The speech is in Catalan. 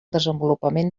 desenvolupament